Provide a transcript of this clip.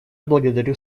благодарю